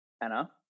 Anna